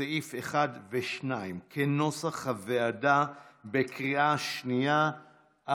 סעיפים 1 ו-2, כנוסח הוועדה, עברו בקריאה שנייה.